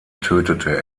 tötete